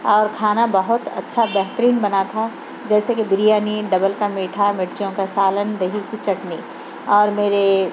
اور کھانا بہت اچھا بہترین بنا تھا جیسے کہ بریانی ڈبل کا میٹھا مرچوں کا سالن دہی کی چٹنی اور میرے